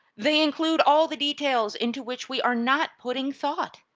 they include all the details into which we are not putting thought.